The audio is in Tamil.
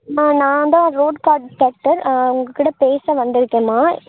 ம்மா நான் தான் ரோட் காண்ட்ராக்டர் உங்கள்க் கிட்டே பேச வந்திருக்கேம்மா